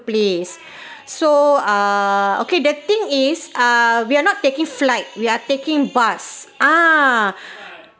place so uh okay the thing is ah we are not taking flight we are taking bus ah